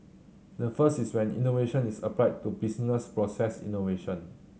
the first is where innovation is applied to business process innovation